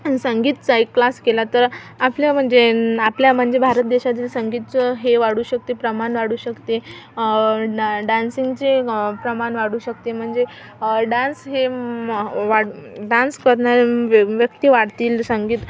आणि संगीतचा एक क्लास केला तर आपल्या म्हणजे आपल्या म्हणजे भारत देशातील संगीतचं हे वाढू शकते प्रमाण वाढू शकते ड डा डान्सिंगचे प्रमाण वाढू शकते म्हणजे डॅन्स हे वाढ डान्स करनारे व्यम व्यक्ती वाढतील संगीत